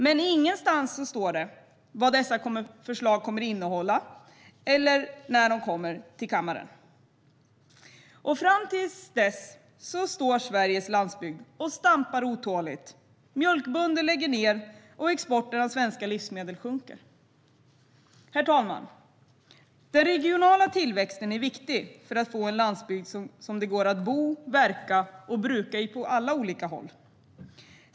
Men ingenstans står det vad dessa förslag kommer att innehålla eller när de kommer till kammaren. Och fram till dess står Sveriges landsbygd och stampar otåligt, mjölkbönder lägger ned och exporten av svenska livsmedel sjunker. Herr talman! Den regionala tillväxten är viktig för att få en landsbygd som det går att bo på, verka i och bruka på olika sätt.